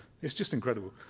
it's just incredible.